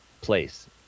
place